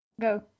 go